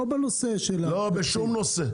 לא בנושא --- לא, בשום נושא.